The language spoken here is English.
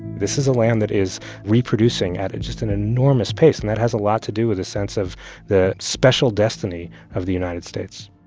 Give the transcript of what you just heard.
this is a land that is reproducing at just an enormous pace, and that has a lot to do with a sense of the special destiny of the united states